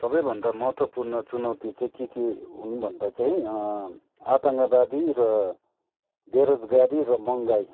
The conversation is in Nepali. सबैभन्दा महत्त्वपूर्ण चुनौती चाहिँ के के हुन् भन्दा चाहिँ आतङ्कवादी र बेरोजगारी र महँगाई